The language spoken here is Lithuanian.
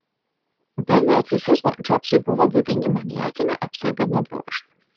be narcisizmo džobsui buvo būdingi maniakinio apsėdimo bruožai